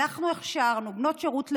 אנחנו הכשרנו תקנים של בנות שירות לאומי,